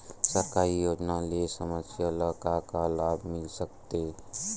सरकारी योजना ले समस्या ल का का लाभ मिल सकते?